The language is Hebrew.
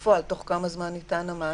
בתוך כמה זמן ניתן המענה.